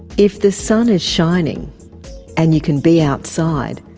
if the sun is shining and you can be outside,